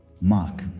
Mark